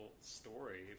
story